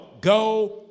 go